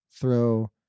throw